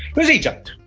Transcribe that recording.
it was egypt.